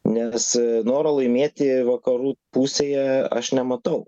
nes noro laimėti vakarų pusėje aš nematau